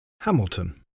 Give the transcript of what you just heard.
Hamilton